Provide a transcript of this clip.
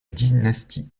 dynastie